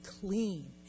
clean